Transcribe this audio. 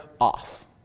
off